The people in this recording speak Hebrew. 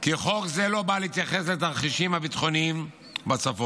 כי חוק זה לא בא להתייחס לתרחישים הביטחוניים בצפון.